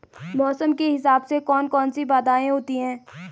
मौसम के हिसाब से कौन कौन सी बाधाएं होती हैं?